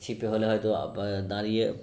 ছিপে হলে হয়তো দাঁড়িয়ে